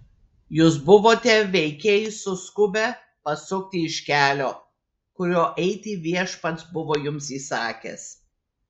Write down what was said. jūs buvote veikiai suskubę pasukti iš kelio kuriuo eiti viešpats buvo jums įsakęs